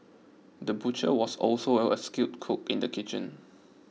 the butcher was also out a skilled cook in the kitchen